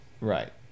right